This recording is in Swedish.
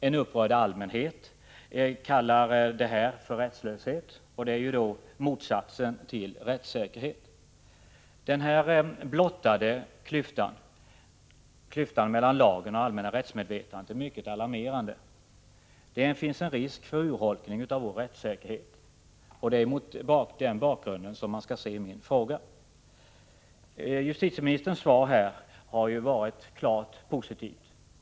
En upprörd allmänhet kallar detta för rättslöshet — motsatsen till rättssäkerhet. Den blottade klyftan mellan lagen och det allmänna rättsmedvetandet är mycket alarmerande. Det finns risk för en urholkning av vår rättssäkerhet. Det är mot denna bakgrund som man skall se min fråga. Justitieministerns svar är klart positivt.